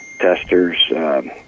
Testers